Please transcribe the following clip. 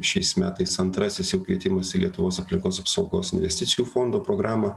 šiais metais antrasis jau kvietimas į lietuvos aplinkos apsaugos investicijų fondo programą